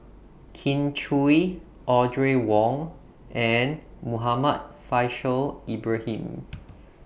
Kin Chui Audrey Wong and Muhammad Faishal Ibrahim